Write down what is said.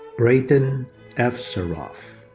brayden efseroff.